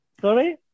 Sorry